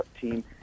team